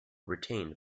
retained